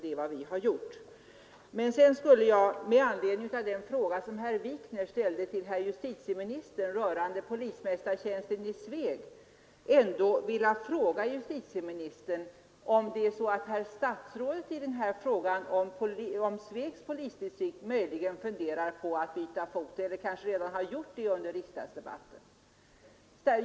Det är vad vi har gjort. Sedan skulle jag med anledning av den fråga som herr Wikner ställde till justitieministern rörande polismästartjänsten i Sveg vilja fråga justitieministern: Funderar statsrådet när det gäller Svegs polisdistrikt möjligen på att byta fot, eller har statsrådet kanske redan gjort det under riksdagsdebatten?